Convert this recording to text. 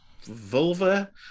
Vulva